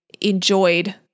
enjoyed